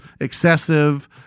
excessive